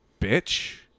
Bitch